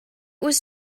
was